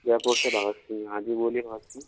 जयपुर से भगत सिंह हाँ जी बोलिए भगत जी